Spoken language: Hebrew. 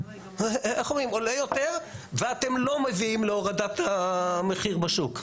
עולה יותר ואתם לא מביאים להורדת המחיר בשוק.